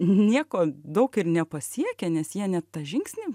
nieko daug ir nepasiekia nes jie net tą žingsnį